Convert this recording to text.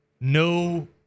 No